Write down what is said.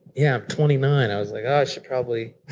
yeah, i'm twenty nine, i was like, oh, i should probably